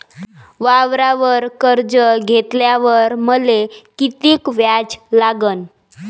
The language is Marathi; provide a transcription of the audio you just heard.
वावरावर कर्ज घेतल्यावर मले कितीक व्याज लागन?